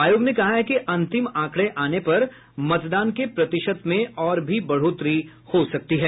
आयोग ने कहा है कि अंतिम आंकड़े आने पर मतदान के प्रतिशत में और भी बढ़ोतरी हो सकती है